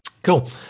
Cool